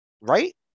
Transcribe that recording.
right